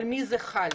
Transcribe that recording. על מי זה חל.